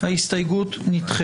הצבעה ההסתייגות לא התקבלה.